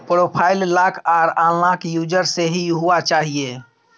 profile lock आर unlock user से ही हुआ चाहिए